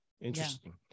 Interesting